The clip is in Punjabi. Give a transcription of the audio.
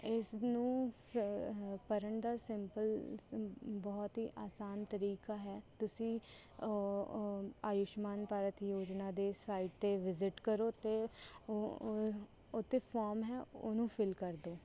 ਇਸ ਨੂੰ ਭਰਨ ਦਾ ਸਿੰਪਲ ਬਹੁਤ ਹੀ ਆਸਾਨ ਤਰੀਕਾ ਹੈ ਤੁਸੀਂ ਆਯੂਸ਼ਮਾਨ ਭਾਰਤ ਯੋਜਨਾ ਦੇ ਸਾਈਟ 'ਤੇ ਵਿਜ਼ਿਟ ਕਰੋ ਅਤੇ ਉੱਥੇ ਫੋਮ ਹੈ ਉਹਨੂੰ ਫਿੱਲ ਕਰ ਦੋ